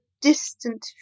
distant